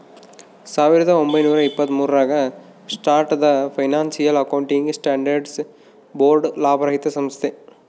ಸಾವಿರದ ಒಂಬೈನೂರ ಎಪ್ಪತ್ತ್ಮೂರು ರಾಗ ಸ್ಟಾರ್ಟ್ ಆದ ಫೈನಾನ್ಸಿಯಲ್ ಅಕೌಂಟಿಂಗ್ ಸ್ಟ್ಯಾಂಡರ್ಡ್ಸ್ ಬೋರ್ಡ್ ಲಾಭರಹಿತ ಸಂಸ್ಥೆ